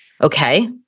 okay